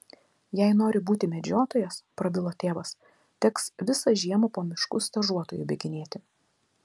jei nori būti medžiotojas prabilo tėvas teks visą žiemą po miškus stažuotoju bėginėti